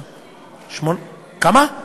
18,000. כמה?